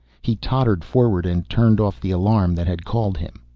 he tottered forward and turned off the alarm that had called him.